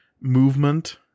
movement